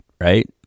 right